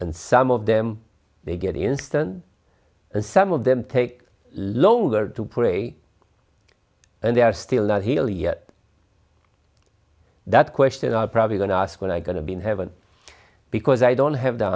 and some of them they get instant and some of them take longer to pray and they are still not heal yet that question i probably don't ask when i going to be in heaven because i don't have the